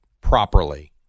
properly